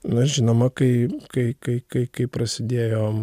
na žinoma kai kai kai kai kai prasidėjo